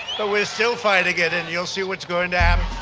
we're still fighting it and you'll see what is going to um